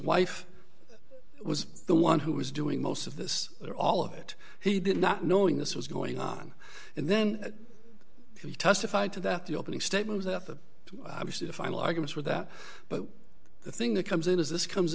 wife was the one who was doing most of this or all of it he did not knowing this was going on and then he testified to that the opening statement that i was the final argument for that but the thing that comes in is this comes